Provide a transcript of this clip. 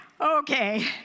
okay